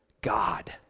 God